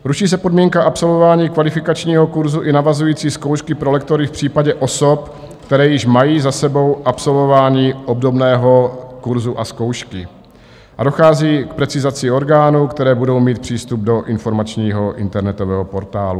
Ruší se podmínka absolvování kvalifikačního kurzu i navazující zkoušky pro lektory v případě osob, které již mají za sebou absolvování obdobného kurzu a zkoušky, a dochází k precizaci orgánů, které budou mít přístup do informačního internetového portálu.